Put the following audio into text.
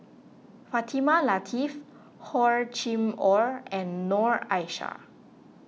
Fatimah Lateef Hor Chim or and Noor Aishah